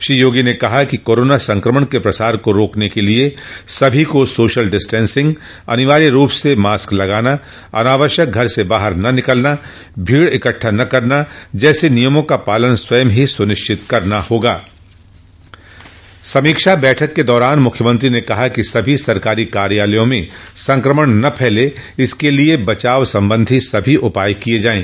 श्री योगी ने कहा कि कोरोना संक्रमण के प्रसार को रोकने के लिये सभी को सोशल डिस्टेंसिंग अनिवाय रूप से मास्क लगाना अनावश्यक घर से बाहर न निकलना भीड़ इकट्ठा न करना जैसे नियमों का पालन स्वयं ही सुनिश्चित करना होगा समीक्षा बैठक के दौरान मुख्यमंत्री ने कहा कि सभी सरकारी कार्यालयों में संक्रमण न फैले इसके लिये बचाव संबंधी सभी उपाय किये जाये